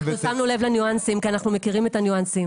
אנחנו שמנו לב לניואנסים כי אנחנו מכירים את הניואנסים.